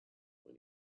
when